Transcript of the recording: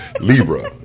Libra